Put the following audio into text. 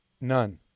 None